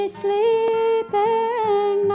sleeping